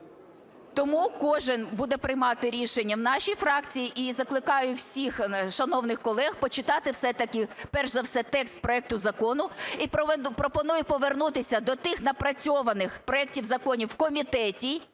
Тому кожен буде приймати рішення в нашій фракції. І закликаю всіх шановних колег почитати все-таки перш за все текст проекту закону, і пропоную повернутися до тих напрацьованих проектів законів в комітеті,